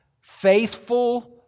Faithful